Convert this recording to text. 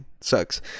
sucks